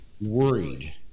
worried